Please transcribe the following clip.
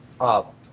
up